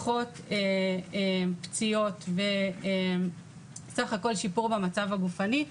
פחות פציעות וסך הכול שיפור במצב הגופני,